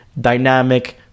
dynamic